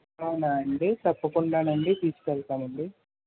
అవునా అండి తప్పకుండానండి తీసుకు వెళ్తానండి